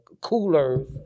coolers